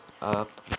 up